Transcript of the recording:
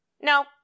no